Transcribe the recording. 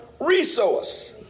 resource